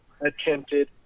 attempted